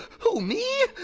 who me?